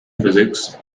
physics